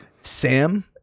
Sam